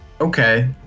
Okay